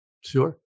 Sure